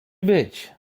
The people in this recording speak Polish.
być